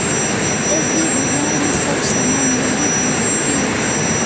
एग्रीबाजार में सब सामान मिलबे जाय है की?